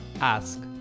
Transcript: ask